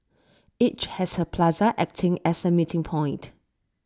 each has A plaza acting as A meeting point